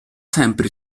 sempre